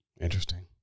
Interesting